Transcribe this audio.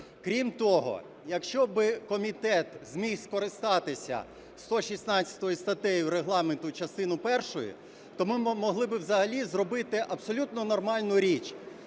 Крім того, якщо би комітет зміг скористатися 116 статтею Регламенту частиною першою, то ми могли би взагалі зробити абсолютно нормальну річ: